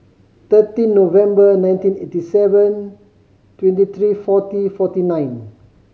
thirteen November nineteen eighty seven twenty three forty forty nine